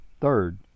Third